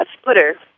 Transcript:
splitter